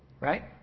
Right